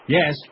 Yes